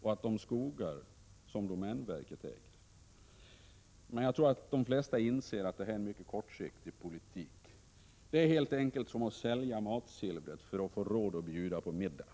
och de skogar som domänverket äger, men jag tror att de flesta inser att detta är mycket kortsiktig politik. Det är helt enkelt som att sälja matsilvret för att få råd att bjuda på middag.